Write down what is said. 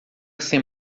sem